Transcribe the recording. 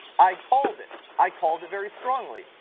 i called it. i called it very strongly.